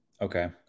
Okay